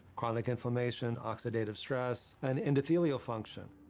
chronic inflammation, oxidative stress and endothelial function.